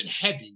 heavy